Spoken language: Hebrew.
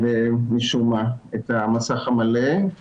במהלך שמונה חודשי הקורונה האחרונים מארס-אוקטובר,